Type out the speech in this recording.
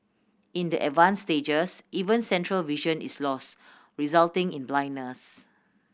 in the advanced stages even central vision is lost resulting in blindness